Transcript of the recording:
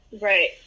Right